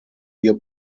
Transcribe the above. ear